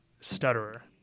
stutterer